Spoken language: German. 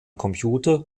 computer